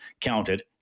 counted